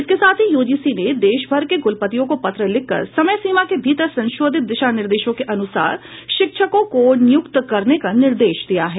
इसके साथ ही यूजीसी ने देशभर के कूलपतियों को पत्र लिखकर समयसीमा के भीतर संशोधित दिशा निर्देशों के अनुसार शिक्षकों को नियुक्त करने का निर्देश दिया है